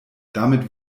damit